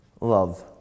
love